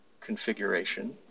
configuration